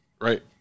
right